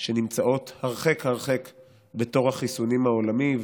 שנמצאות הרחק הרחק בתור החיסונים העולמי,